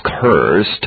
cursed